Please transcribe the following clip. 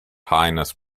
highness